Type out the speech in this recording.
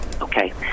okay